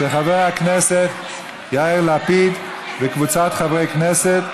של חבר הכנסת יאיר לפיד וקבוצת חברי הכנסת.